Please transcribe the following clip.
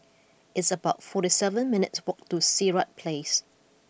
it's about forty seven minutes' walk to Sirat Place